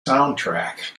soundtrack